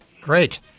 Great